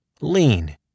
Lean